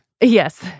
Yes